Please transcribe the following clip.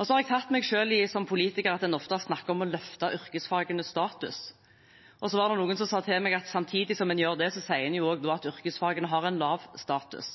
Som politiker har jeg lagt merke til at en ofte snakker om å løfte yrkesfagenes status. Så var det noen som sa til meg at samtidig som en gjør det, sier en også at yrkesfagene har lav status.